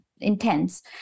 intense